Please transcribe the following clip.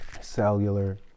cellular